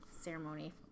ceremony